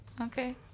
Okay